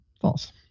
false